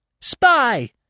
Spy